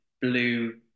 blue